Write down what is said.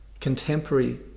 contemporary